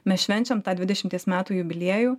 mes švenčiam tą dvidešimties metų jubiliejų